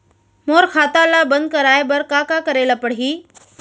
मोर खाता ल बन्द कराये बर का का करे ल पड़ही?